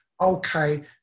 Okay